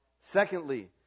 Secondly